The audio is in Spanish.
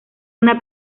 una